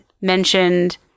mentioned